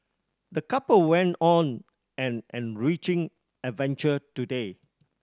the couple went on an enriching adventure today